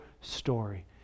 story